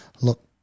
look